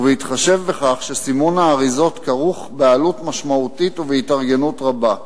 ובהתחשב בכך שסימון האריזות כרוך בעלות משמעותית ובהתארגנות רבה,